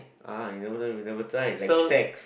uh you never know you never try like sex